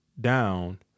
down